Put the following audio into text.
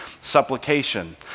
Supplication